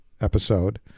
episode